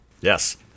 Yes